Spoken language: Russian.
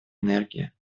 энергии